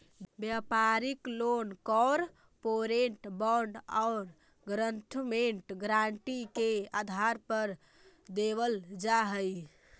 व्यापारिक loan corporate bond और government guarantee के आधार पर देवल जा हई